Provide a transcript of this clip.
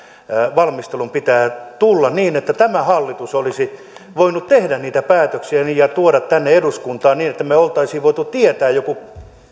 valmistelun pitää tulla niin että hallitus olisi voinut tehdä päätöksiä ja tuoda ne tänne eduskuntaan niin että me olisimme voineet tietää jonkun